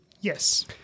Yes